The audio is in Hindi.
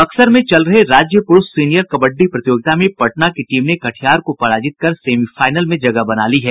बक्सर में चल रहे राज्य पुरूष सीनियर कबड्डी प्रतियोगिता में पटना की टीम ने कटिहार को पराजित कर सेमीफाइनल में जगह बना ली है